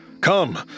Come